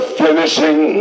finishing